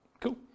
Cool